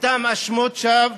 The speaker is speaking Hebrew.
אלו סתם האשמות שווא.